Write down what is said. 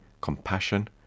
compassion